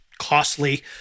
Costly